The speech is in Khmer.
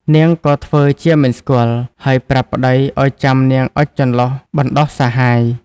នាងក៏ធ្វើជាមិនស្គាល់ ហើយប្រាប់ប្ដីឱ្យចាំនាងអុជចន្លុះបណ្ដោះសហាយ។